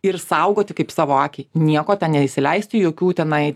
ir saugoti kaip savo akį nieko ten neįsileisti jokių tenai